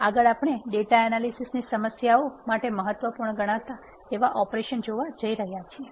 આગળ આપણે data analysis સમસ્યાઓ માટે મહત્વપૂર્ણ ગણાતા એવા ઓપરેશનો જોવા જઇ રહ્યા છિએ